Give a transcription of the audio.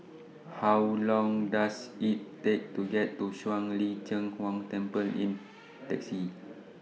How Long Does IT Take to get to Shuang Lin Cheng Huang Temple in Taxi